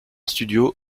studio